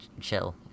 chill